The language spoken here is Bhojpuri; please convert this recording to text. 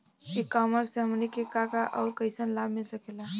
ई कॉमर्स से हमनी के का का अउर कइसन लाभ मिल सकेला?